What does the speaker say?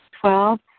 Twelve